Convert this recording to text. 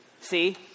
See